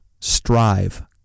Strive